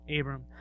Abram